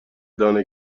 دانه